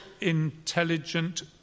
intelligent